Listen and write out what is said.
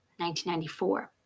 1994